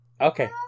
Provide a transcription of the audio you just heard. Okay